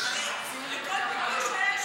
אינו נוכח, חברת הכנסת רויטל סויד,